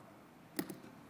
שלוש